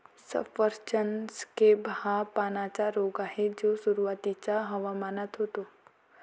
सफरचंद स्कॅब हा पानांचा रोग आहे जो सुरुवातीच्या हवामानात होतो